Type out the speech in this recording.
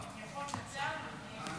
יכול קצר, מלכיאלי?